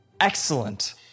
Excellent